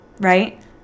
right